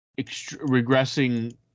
regressing